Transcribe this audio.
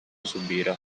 subire